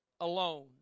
alone